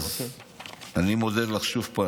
אני מודה לך שוב.